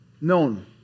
known